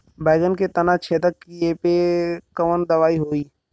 बैगन के तना छेदक कियेपे कवन दवाई होई?